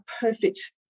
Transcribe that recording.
perfect